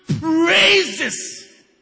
praises